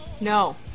No